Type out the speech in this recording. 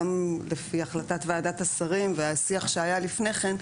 גם לפי החלטת ועדת השרים והשיח שהיה לפני כן,